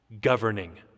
governing